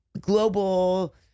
global